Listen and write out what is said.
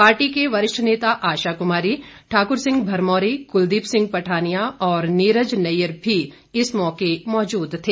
party के वरिष्ठ नेता आशाकमारी ठाकर सिंह भरमौरी कुलदीप सिंह पठानिया और नीरज नैयर भी इस मौके मौजूद थे